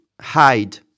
hide